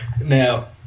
Now